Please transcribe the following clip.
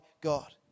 God